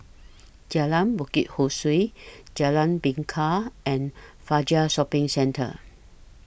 Jalan Bukit Ho Swee Jalan Bingka and Fajar Shopping Centre